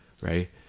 right